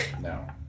no